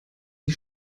die